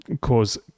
cause